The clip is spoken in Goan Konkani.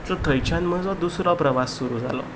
सो थंयच्यान म्हजो दुसरो प्रवास सुरू जालो